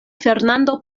fernando